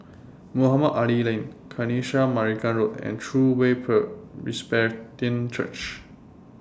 Mohamed Ali Lane Kanisha Marican Road and True Way Presbyterian Church